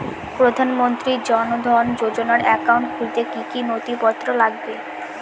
প্রধানমন্ত্রী জন ধন যোজনার একাউন্ট খুলতে কি কি নথিপত্র লাগবে?